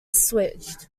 switched